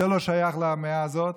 זה לא שייך למאה הזאת,